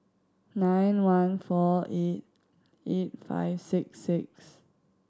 nine one four eight eight five six six